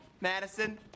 Madison